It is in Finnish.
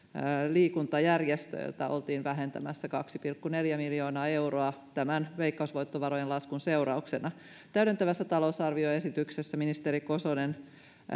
liikuntajärjestöiltä oltiin vähentämässä kaksi pilkku neljä miljoonaa euroa tämän veikkausvoittovarojen laskun seurauksena täydentävässä talousarvioesityksessä ministeri kosonen